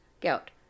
gout